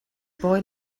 boy